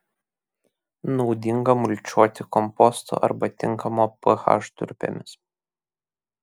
naudinga mulčiuoti kompostu arba tinkamo ph durpėmis